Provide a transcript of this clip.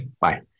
Bye